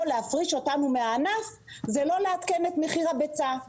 להפריש אותנו מהענף זה לא לעדכן את מחיר הביצה.